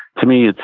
to me,